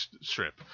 strip